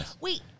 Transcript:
Wait